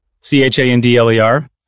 C-H-A-N-D-L-E-R